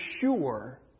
sure